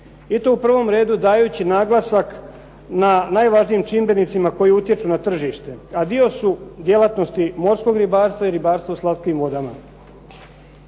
i to u prvom redu dajući naglasak na najvažnijim čimbenicima koji utječu na tržište, a dio su djelatnosti morskog ribarstva i ribarstva u slatkim vodama.